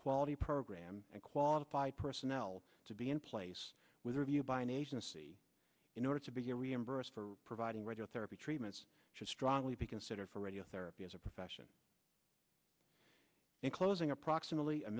quality program and qualified personnel to be in place with review by an agency in order to be reimbursed for providing radiotherapy treatments should strongly be considered for radiotherapy as a profession in closing approximately a